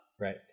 Right